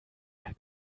mehr